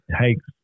takes